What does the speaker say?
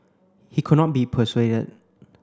he could not be persuaded